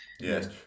Yes